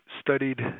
studied